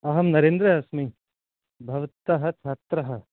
अहं नरेन्द्र अस्मि भवतः छात्रः